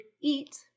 eat